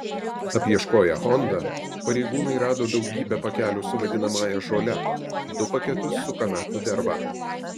apieškoję honda pareigūnai rado daugybę pakelių su vadinamąją žole du paketus su kanapių derva